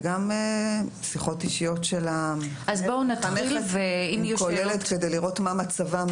וגם שיחות אישיות של המחנכת כדי לראות מה מצבם,